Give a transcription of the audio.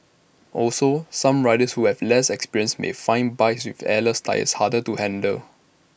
also some riders who have less experience may find bikes with airless tyres harder to handle